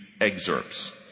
excerpts